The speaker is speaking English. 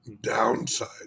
downside